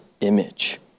image